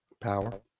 Power